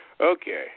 okay